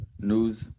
news